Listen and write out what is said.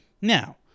Now